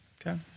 Okay